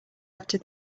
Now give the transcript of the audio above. after